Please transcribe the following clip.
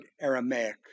Aramaic